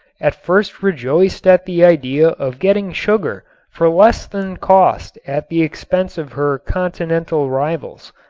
at first rejoiced at the idea of getting sugar for less than cost at the expense of her continental rivals.